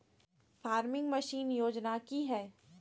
Farming machine योजना कि हैय?